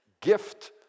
gift